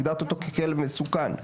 הגדרת אותו ככלב מסוכן.